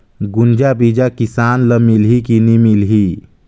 गुनजा बिजा किसान ल मिलही की नी मिलही?